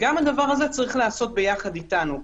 גם הדבר הזה צריך להיעשות ביחד איתנו.